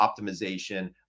optimization